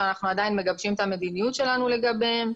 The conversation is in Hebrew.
שאנחנו עדיין מגבשים את המדיניות שלנו לגביהם.